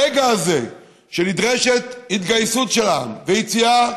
ברגע הזה, שנדרשת התגייסות של העם, ויציאה,